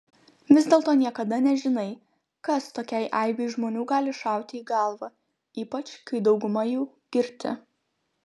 vis dėlto niekada nežinai kas tokiai aibei žmonių gali šauti į galvą ypač kai dauguma jų girti